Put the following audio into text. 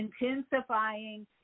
intensifying